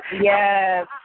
yes